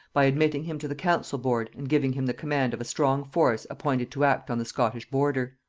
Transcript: by admitting him to the council-board and giving him the command of a strong force appointed to act on the scottish border.